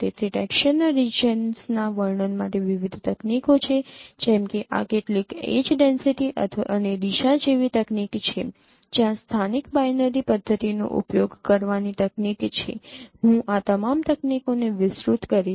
તેથી ટેક્સચરના રિજિયન્સના વર્ણન માટે વિવિધ તકનીકો છે જેમ કે આ કેટલીક એડ્જ ડેન્સિટી અને દિશા જેવી તકનીક છે ત્યાં સ્થાનિક બાઇનરી પદ્ધતિનો ઉપયોગ કરવાની તકનીક છે હું આ તમામ તકનીકોને વિસ્તૃત કરીશ